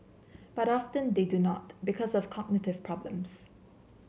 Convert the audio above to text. but often they do not because of cognitive problems